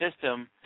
system